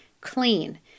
clean